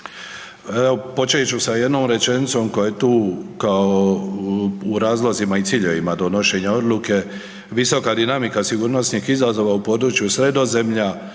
Evo počet ću sa jednom rečenicom koja je tu, kao u razlozima i ciljevima donošenja Odluke, visoka dinamika sigurnosnih izazova u području Sredozemlja